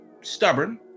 stubborn